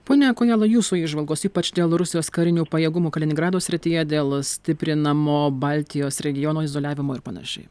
pone kojala jūsų įžvalgos ypač dėl rusijos karinių pajėgumų kaliningrado srityje dėl stiprinamo baltijos regiono izoliavimo ir panašiai